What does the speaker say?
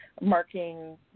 marking